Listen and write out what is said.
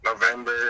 November